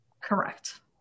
correct